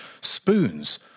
Spoons